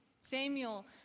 Samuel